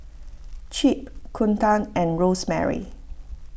Chip Kunta and Rosemary